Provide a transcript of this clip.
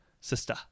Sister